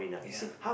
ya